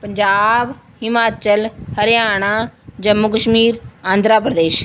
Punjab Himachal Haryana Jammu Kashmir Andhra Pradesh